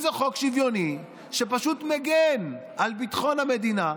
אם זה חוק שוויוני שפשוט מגן על ביטחון המדינה,